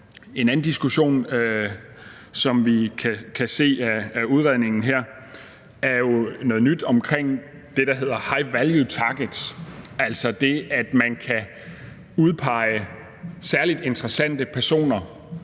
En anden diskussion, som vi kan se af udredningen her, er jo noget nyt omkring det, der hedder high value targets, altså det, at man kan udpege særligt interessante personer